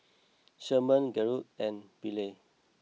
Sherman Gertrude and Billye